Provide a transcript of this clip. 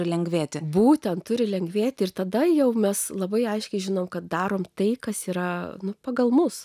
palengvėti būtent turi lengvėti ir tada jau mes labai aiškiai žinau kad darome tai kas yra pagal mus